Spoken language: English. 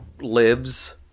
Lives